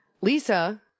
Lisa